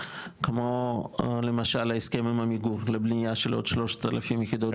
כמו למשל ההסכם עם עמיגור לבנייה של עוד 3,000 יחידות